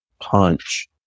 punch